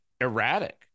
erratic